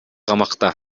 камакта